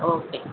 okay